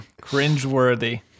Cringeworthy